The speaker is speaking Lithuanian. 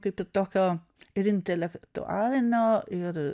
kaip tokio ir intelektualinio ir